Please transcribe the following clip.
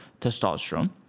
testosterone